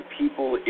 people